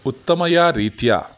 उत्तमरीत्या